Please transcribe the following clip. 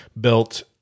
built